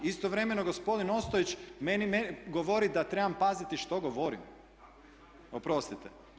Istovremeno gospodin Ostojić meni govori da trebam paziti što govorim, oprostite.